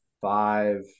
five